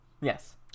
Yes